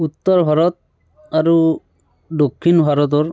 উত্তৰ ভাৰত আৰু দক্ষিণ ভাৰতৰ